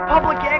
Public